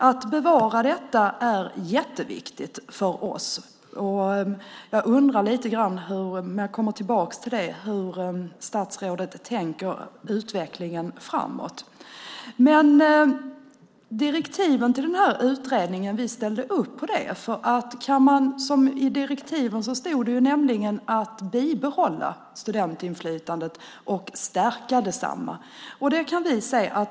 Att bevara detta är jätteviktigt för oss. Jag undrar lite grann - jag kommer tillbaka till det - hur statsrådet tänker när det gäller utvecklingen framåt. Vi ställde upp på direktiven till den här utredningen. I direktiven talades det nämligen om att bibehålla studentinflytandet och stärka detsamma.